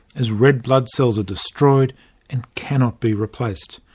as red blood cells are destroyed and cannot be replaced.